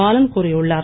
பாலன் கூறியுள்ளார்